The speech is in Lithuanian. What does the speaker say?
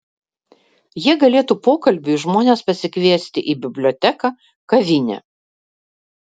jie galėtų pokalbiui žmones pasikviesti į biblioteką kavinę